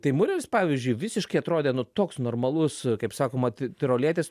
tai mureris pavyzdžiui visiškai atrodė nu toks normalus kaip sakoma tirolietis